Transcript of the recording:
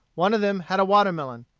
one of them had a watermelon.